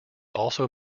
also